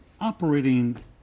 operating